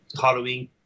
Halloween